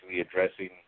addressing